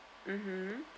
mmhmm